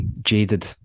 jaded